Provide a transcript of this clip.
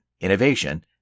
innovation